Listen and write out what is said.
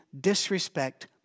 Disrespect